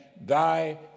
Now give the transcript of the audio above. thy